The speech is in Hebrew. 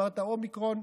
אמרת אומיקרון.